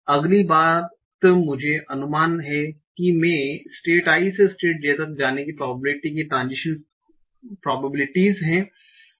अगली बात मुझे अनुमान है कि मैं स्टेट i से स्टेट j तक जाने की प्रोबेबिलिटी की ट्रांजिशन प्रोबेबिलिटीस है